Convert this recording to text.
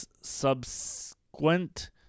subsequent